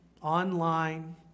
online